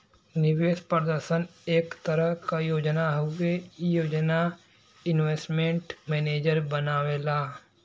निवेश प्रदर्शन एक तरह क योजना हउवे ई योजना इन्वेस्टमेंट मैनेजर बनावेला